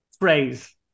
phrase